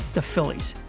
the phillies.